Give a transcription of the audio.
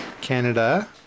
Canada